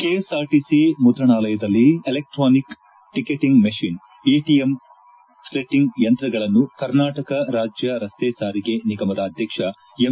KSRTC ಮುದ್ರಣಾಲಯದಲ್ಲಿ electronic ticketing machine ETM slitting ಯಂತ್ರಗಳನ್ನು ಕರ್ನಾಟಕ ರಾಜ್ಯ ರಸ್ತೆ ಸಾರಿಗೆ ನಿಗಮದ ಅಧ್ಯಕ್ಷ ಎಂ